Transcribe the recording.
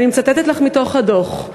אני מצטטת לך מתוך הדוח.